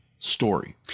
story